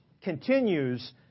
continues